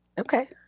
Okay